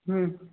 ਹੂੰ